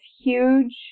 huge